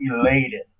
elated